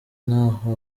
ntaho